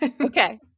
Okay